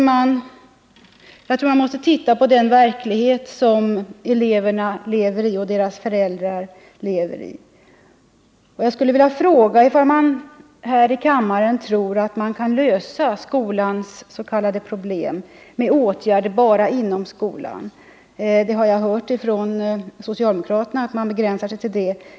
Jag tror att man måste titta på den verklighet som eleverna och deras föräldrar lever i. Jag skulle också vilja fråga ifall man här i kammaren tror att man kan lösa skolans s.k. problem med åtgärder bara inom skolan. Jag har hört från socialdemokraterna att man begränsar sig till det.